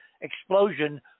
explosion